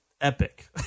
epic